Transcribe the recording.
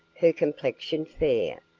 her complexion fair,